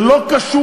זה לא קשור.